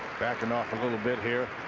backing off a little bit here.